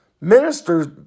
ministers